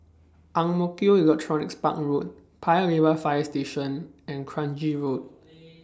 Ang Mo Kio Electronics Park Road Paya Lebar Fire Station and Kranji Road